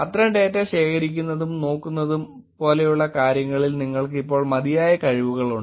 അത്തരം ഡേറ്റ ശേഖരിക്കുന്നതും നോക്കുന്നതും പോലെയുള്ള കാര്യങ്ങളിൽ നിങ്ങൾക്ക് ഇപ്പോൾ മതിയായ കഴിവുകളുണ്ട്